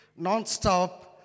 nonstop